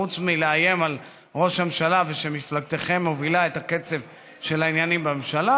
חוץ מלאיים על ראש הממשלה ושמפלגתכם מובילה את הקצב של העניינים בממשלה,